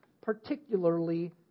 particularly